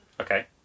Okay